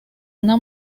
una